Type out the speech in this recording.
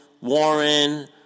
Warren